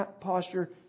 posture